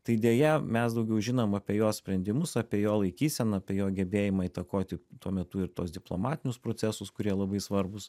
tai deja mes daugiau žinom apie jo sprendimus apie jo laikyseną apie jo gebėjimą įtakoti tuo metu ir tuos diplomatinius procesus kurie labai svarbūs